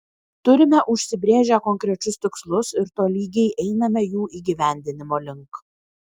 turime užsibrėžę konkrečius tikslus ir tolygiai einame jų įgyvendinimo link